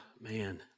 man